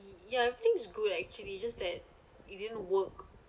ya I think it's good actually just that it didn't work